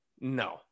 No